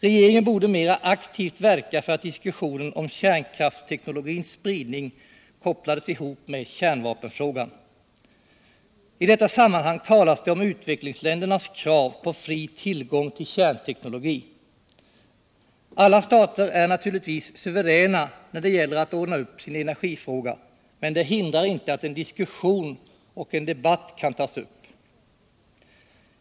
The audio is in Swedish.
Regeringen borde mera aktivt verka för att diskussionen om kärnkraftsteknologins spridning kopplas ihop med kärnvapenfrågan. I detta sammanhang talas det om utvecklingsländernas krav på fri tillgång till kärnteknologi. Alla stater är naturligtvis suveräna när det gäller att ordna sin encergifråga, men det hindrar inte att en diskussion kan tas upp.